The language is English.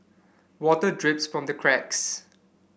water drips from the cracks